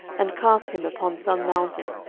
and cast him upon some mountain,